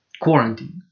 quarantine